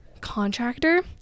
contractor